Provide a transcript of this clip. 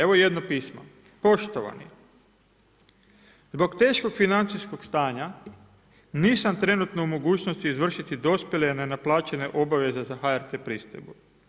Evo jedno pismo: „Poštovani, zbog teškog financijskog stanja nisam trenutno u mogućnosti izvršiti dospjele nenaplaćene obaveze za HRT pristojbu.